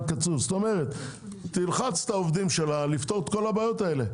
כלומר תלחץ את העובדים שלה לפתור את כל הבעיות האלה.